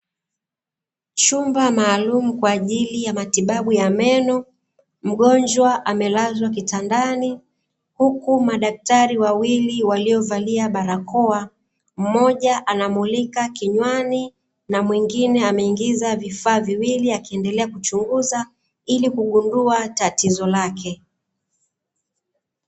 chumba maalumu kwa ajili yamatibabu ya meno, mgonjwa amelazwa kitandai huku madakitari wawili waliovaa barakoa, mmoja anamulika kinyani na mwingine aningiza vifaa viwili akiendelea kuchunguza, ili kugundua tatizo lake